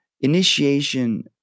initiation